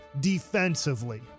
defensively